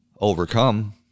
overcome